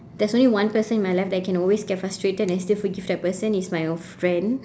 there's only one person in my life I can always get frustrated and I still forgive that person is my old friend